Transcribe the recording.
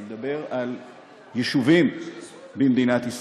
אני מדבר על יישובים במדינת ישראל.